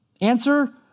Answer